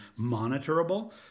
monitorable